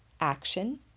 Action